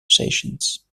stations